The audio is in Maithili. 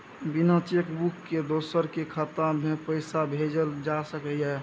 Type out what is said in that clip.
बिना चेक बुक के दोसर के खाता में पैसा भेजल जा सकै ये?